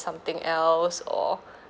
something else or